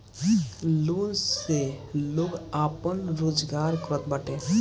loan से लोग आपन रोजगार करत बाटे